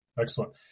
Excellent